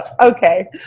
Okay